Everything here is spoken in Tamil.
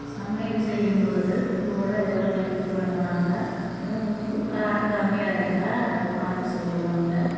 சமையல் செய்யும்போது கூட ஏதோ ஹெல்ப்பு பண்ணுவாங்க உப்பு காரம் கம்மியாக இருந்தால் அது பார்த்து சொல்லுவாங்க